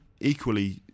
equally